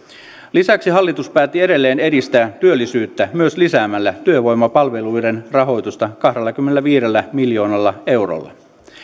lisäksi hallitus päätti edelleen edistää työllisyyttä myös lisäämällä työvoimapalveluiden rahoitusta kahdellakymmenelläviidellä miljoonalla eurolla